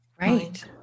right